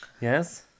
Yes